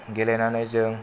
गेलेनानै जों